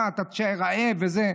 מה, אתה תישאר רעב, וזה?